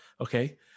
Okay